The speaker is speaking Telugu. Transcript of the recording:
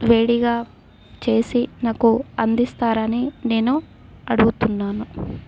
వేడిగా చేసి నాకు అందిస్తారని నేను అడుగుతున్నాను